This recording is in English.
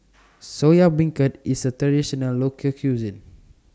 Soya Beancurd IS A Traditional Local Cuisine